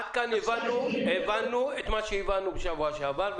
עד כאן הבנו את מה שהבנו בשבוע שעבר,